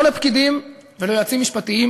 לא לפקידים וליועצים משפטיים,